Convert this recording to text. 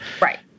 Right